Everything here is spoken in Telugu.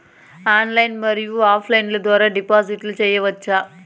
ఆన్లైన్ మరియు ఆఫ్ లైను ద్వారా డిపాజిట్లు సేయొచ్చా?